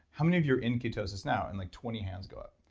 how many of you are in ketosis now? and like twenty hands go up.